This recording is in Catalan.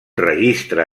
registre